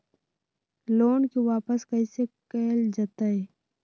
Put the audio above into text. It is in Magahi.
लोन के वापस कैसे कैल जतय?